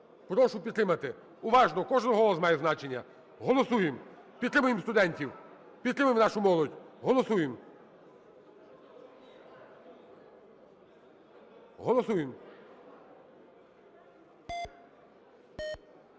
Прошу підтримати. Уважно, кожен голос має значення! Голосуємо. Підтримаємо студентів, підтримаємо нашу молодь! Голосуємо. Голосуємо.